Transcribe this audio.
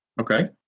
Okay